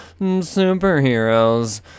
superheroes